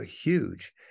huge